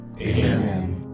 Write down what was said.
Amen